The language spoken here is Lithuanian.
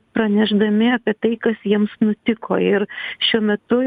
pranešdami apie tai kas jiems nutiko ir šiuo metu